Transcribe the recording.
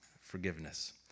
Forgiveness